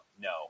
no